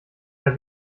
herr